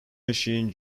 machine